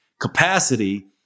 capacity